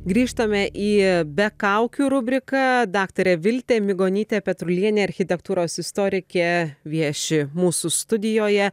grįžtame į be kaukių rubriką daktarė viltė migonytė petrulienė architektūros istorikė vieši mūsų studijoje